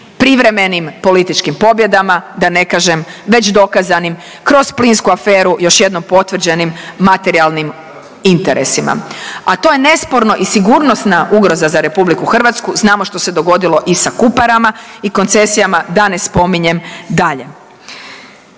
privremenim političkim pobjedama da ne kažem već dokazanim kroz plinsku aferu još jednom potvrđenim materijalnim interesima, a to je nesporno i sigurnosna ugroza za RH. Znamo što se dogodilo i sa Kuparama i koncesijama da ne spominjem dalje.